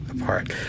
apart